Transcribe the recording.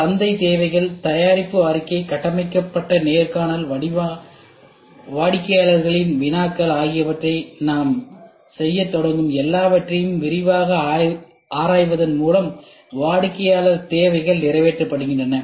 சந்தை தேவைகள் தயாரிப்பு அறிக்கை கட்டமைக்கப்பட்ட நேர்காணல் வாடிக்கையாளர்களின் வினாக்கள் ஆகியவற்றை நாம் செய்யத் தொடங்கும் எல்லாவற்றையும் விரிவாக ஆராய்வதன் மூலம் வாடிக்கையாளர் தேவைகள் நிறுவப்படுகின்றன